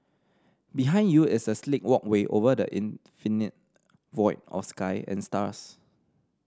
behind you is a sleek walkway over the infinite void of sky and stars